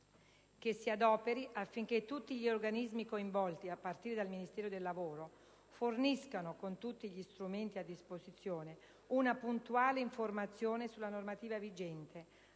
che si adoperi affinché tutti gli organismi coinvolti, a partire dal Ministero del lavoro, forniscano, con tutti gli strumenti a disposizione, una puntuale informazione sulla normativa vigente,